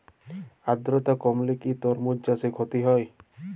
আদ্রর্তা কমলে কি তরমুজ চাষে ক্ষতি হয়?